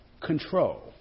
control